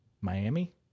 Miami